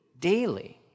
daily